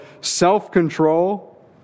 self-control